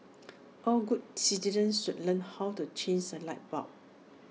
all good citizens should learn how to changes A light bulb